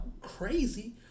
crazy